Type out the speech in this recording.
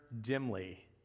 dimly